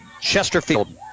Chesterfield